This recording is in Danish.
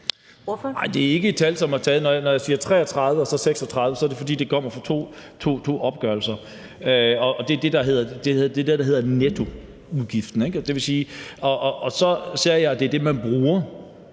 det er ikke et tal, som jeg bare har taget. Når jeg siger 33 mia. kr. og så 36 mia. kr., er det, fordi det kommer fra to opgørelser. Det er det, der hedder nettoudgiften. Så sagde jeg, at det er det, man bruger.